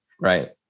Right